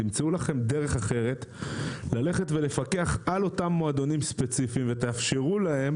תמצאו לכם דרך אחרת ללכת ולפקח על אותם מועדונים ספציפיים ותאפשרו להם